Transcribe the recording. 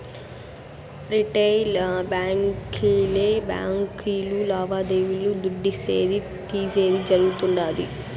retail బాంకీలే బాంకీలు లావాదేవీలు దుడ్డిసేది, తీసేది జరగుతుండాది